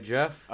Jeff